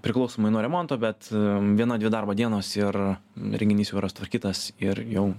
priklausomai nuo remonto bet viena dvi darbo dienos ir įrenginys jau yra sutvarkytas ir jau